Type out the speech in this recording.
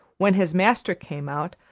when his master came out,